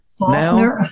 now